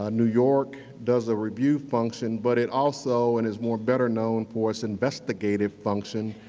ah new york does a review function but it also, and it's more better known for its investigative function,